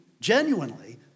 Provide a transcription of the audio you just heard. genuinely